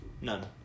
None